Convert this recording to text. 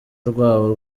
rwabo